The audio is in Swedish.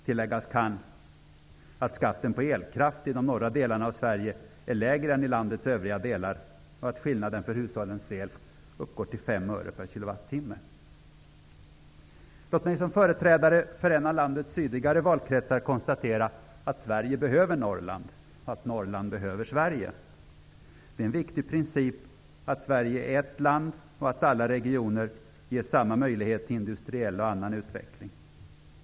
Tilläggas kan att skatten på elkraft i de norra delarna av Sverige är lägre än i landets övriga delar och att skillnaden för hushållens del uppgår till 5 Låt mig som företrädare för en av landets sydligare valkretsar konstatera att Sverige behöver Norrland och att Norrland behöver Sverige. Det är en viktig princip att Sverige är ett land och att alla regioner ges samma möjlighet till industriell och annan utveckling.